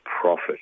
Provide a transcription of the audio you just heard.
profit